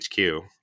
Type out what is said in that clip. HQ